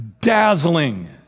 dazzling